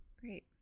Great